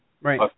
right